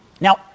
now